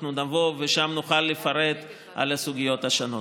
אנחנו נבוא ושם נוכל לפרט בסוגיות השונות.